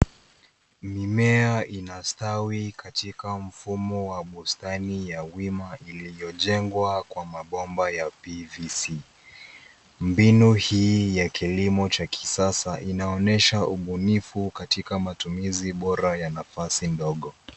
Mimea inastawi katika mfumo wa bustani ya wima iliyojengwa kwa mabomba ya PVC.Mbinu hii ya kilimo cha kisasa inaonyesha ubunifu katika matumizi bora ya nafasi ndogo.